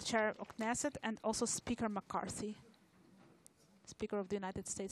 (חברי הכנסת מכבדים בקימה את צאת יושב-ראש בית הנבחרים של ארצות